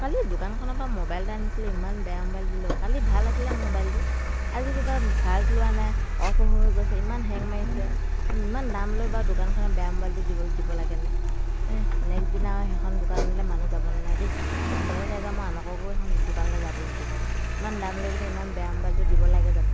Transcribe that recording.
কালি দোকানখনৰপৰা মোবাইল এটা আনিছিলোঁ ইমান বেয়া মোবাইল দিলে অঁ কালি ভাল আছিলে মোবাইলটো আজি কিবা চাৰ্জ লোৱা নাই অফ হৈ হৈ গৈছে ইমান হেং মাৰিছে ইমান দাম লৈ বাৰু দোকানখনে বেয়া মোবাইলটো দিব দিব লাগে নে নেক্সট দিনা আৰু সেইখন দোকানলৈ মানুহ যাব নালাগে মইও নাযাও মই আনকো সেইখন দোকানলৈ যাবলৈ দিব নোৱাৰোঁ ইমান দাম লৈ পিনে ইমান বেয়া মোবাইলটো দিব লাগে জানো